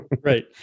right